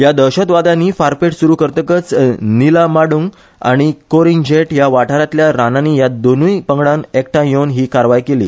ह्या दहशतवाद्यानी फारपेट सुरु करतकच निला मांडगु आनी कोरीन जेट ह्या वाठारांतल्या रानानी ह्या दोनुय पंगडान एकठांय येवन हि कारवाय केली